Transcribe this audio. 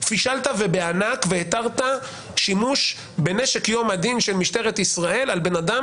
שהוא פישל ובענק והתיר שימוש בנשק יום הדין של משטרת ישראל על בן אדם,